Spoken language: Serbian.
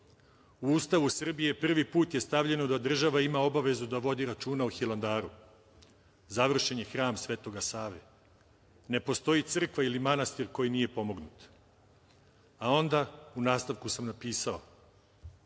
U Ustavu Srbije prvi put je stavljeno da država ima obavezu da vodi računa o Hilandaru. Završen je Hram Svetog Save. Ne postoji crkva ili manastir koji nije pomognut. Onda u nastavku sam napisao